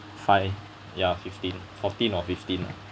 five ya fifteen fourteen or fifteen lah